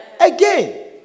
Again